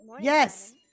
yes